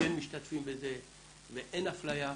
כן משתתפים בזה ואין אפליה.